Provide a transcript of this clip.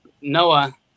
Noah